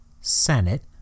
senate